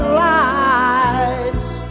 lights